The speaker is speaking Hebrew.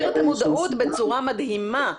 זה יגביר את המודעות בצורה מדהימה,